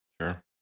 sure